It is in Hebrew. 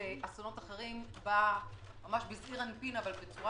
באסונות אחרים בא ממש בזעיר אנפין אבל בצורה